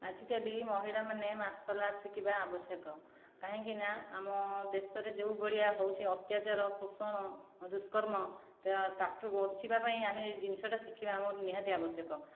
ଆଜି କାଲି ମହିଳାମାନେ ମାର୍ଶଲ ଆର୍ଟ ଶିଖିବା ଆବଶ୍ୟକ କାହିଁକି ନା ଆମ ଦେଶରେ ଯେଉଁ ଭଳିଆ ହେଉଛି ଅତ୍ୟାଚାର ଶୋଷଣ ଦୁଷ୍କର୍ମ ତା'ଠୁ ବଞ୍ଚିବା ପାଇଁ ଆମେ ଜିନିଷଟା ଶିଖିବା ଆମର ନିହାତି ଆବଶ୍ୟକ